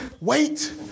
Wait